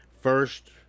first